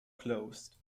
closed